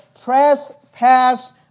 trespass